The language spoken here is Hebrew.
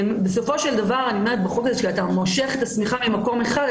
בסופו של דבר כשאתה מושך את השמיכה למקום אחד,